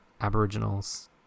aboriginals